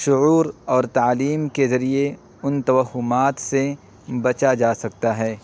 شعور اور تعلیم کے ذریعے ان توہمات سے بچا جا سکتا ہے